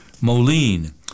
moline